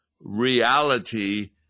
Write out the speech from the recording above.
reality